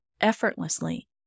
effortlessly